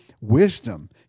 Wisdom